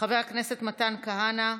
חבר הכנסת מתן כהנא,